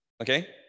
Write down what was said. okay